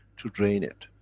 to drain it,